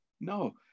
No